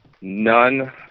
none